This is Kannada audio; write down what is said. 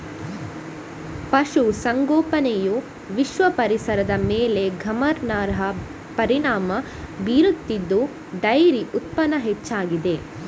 ಪಶು ಸಂಗೋಪನೆಯು ವಿಶ್ವ ಪರಿಸರದ ಮೇಲೆ ಗಮನಾರ್ಹ ಪರಿಣಾಮ ಬೀರುತ್ತಿದ್ದು ಡೈರಿ ಉತ್ಪನ್ನ ಹೆಚ್ಚಾಗಿದೆ